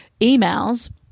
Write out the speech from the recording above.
emails